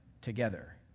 together